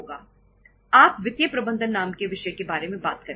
आप वित्तीय प्रबंधन नाम के विषय के बारे में बात करेंगे